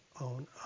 on